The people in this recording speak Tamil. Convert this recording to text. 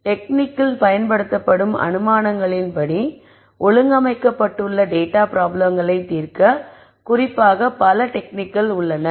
டெக்னிக்கில் பயன்படுத்தப்படும் அனுமானங்களின்படி ஒழுங்கமைக்கப்பட்டுள்ள டேட்டா ப்ராப்ளம்களைத் தீர்க்க குறிப்பாக பல டெக்னிக்கள் உள்ளன